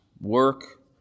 work